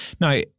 Now